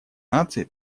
наций